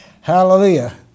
Hallelujah